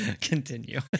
Continue